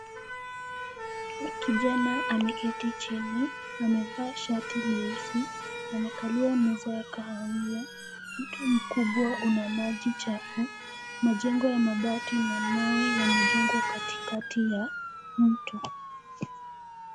Kijana ameketi chini, amevaa shati nyeusi, amekalia meza ya kahawia. Mto mkubwa una maji chafu. Majengo ya mabati na mawe yamejengwa katikati ya mto.